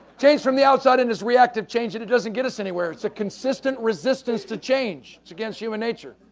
changed from the outside and is reactive change it, it doesn't get us anywhere. it's a consistent resistance to change. it's against human nature.